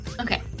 Okay